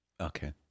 Okay